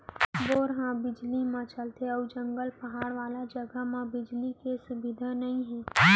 bore ह बिजली म चलथे अउ जंगल, पहाड़ वाला जघा म बिजली के सुबिधा नइ हे